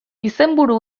izenburu